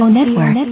Network